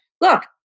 look